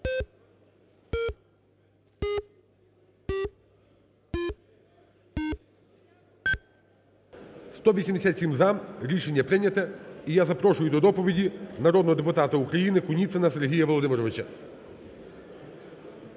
За-187 Рішення прийняте. І я запрошую до доповіді народного депутата України Куніцина Сергія Володимировича.